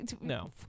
No